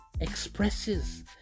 expresses